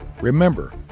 Remember